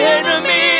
enemy